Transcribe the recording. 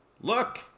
look